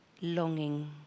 longing